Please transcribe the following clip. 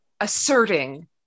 asserting